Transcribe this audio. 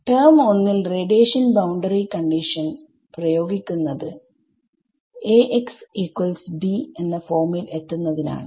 term ഒന്നിൽ radiation boundary condition പ്രയോഗിക്കുന്നത് എന്ന ഫോമിൽ എത്തുന്നതിനാണ്